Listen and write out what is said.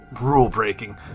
rule-breaking